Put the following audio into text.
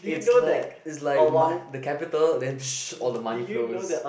it's like it's like ma~ the capital then all the money flows